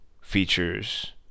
features